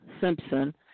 Simpson